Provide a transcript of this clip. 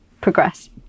progress